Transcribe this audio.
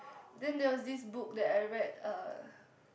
then there was this book that I read uh